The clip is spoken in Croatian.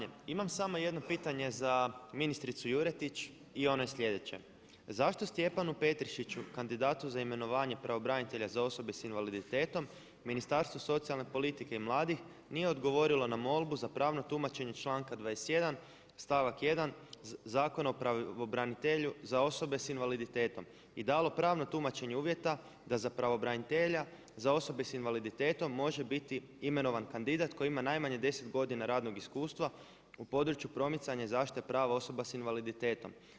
Imam samo jedno pitanje za ministricu Juretić i ono je sljedeće: zašto Stjepanu Petrišiću, kandidatu za imenovanje pravobranitelja za osobe sa invaliditetom Ministarstvo socijalne politike i mladih nije odgovorilo na molbu za pravno tumačenje članka 21. stavak 1. Zakona o pravobranitelju za osobe s invaliditetom i dalo pravno tumačenje uvjeta da za pravobranitelja za osobe s invaliditetom može biti imenovan kandidat koji ima najmanje 10 godina radnog iskustva u području promicanja i zaštite prava osoba s invaliditetom.